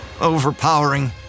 overpowering